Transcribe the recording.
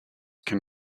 can